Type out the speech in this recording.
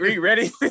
ready